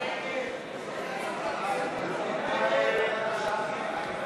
הצעת סיעת יש עתיד להביע אי-אמון בממשלה לא